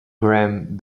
graham